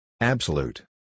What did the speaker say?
Absolute